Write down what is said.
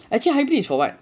actually hybrid is for what